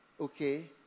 okay